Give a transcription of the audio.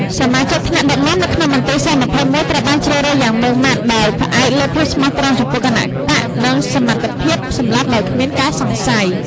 សមាជិកថ្នាក់ដឹកនាំនៅក្នុងមន្ទីរស-២១ ត្រូវបានជ្រើសរើសយ៉ាងម៉ឺងម៉ាត់ ដោយផ្អែកលើភាពស្មោះត្រង់ចំពោះគណបក្ស និងសមត្ថភាពសម្លាប់ដោយគ្មានការសង្ស័យ។